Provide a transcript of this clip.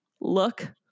look